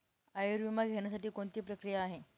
आयुर्विमा घेण्यासाठी कोणती प्रक्रिया आहे?